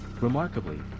Remarkably